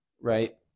Right